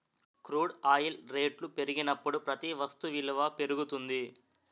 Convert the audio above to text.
crude oil రేట్లు పెరిగినప్పుడు ప్రతి వస్తు విలువ పెరుగుతుంది